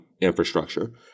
infrastructure